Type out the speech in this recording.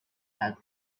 had